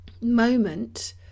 moment